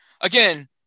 again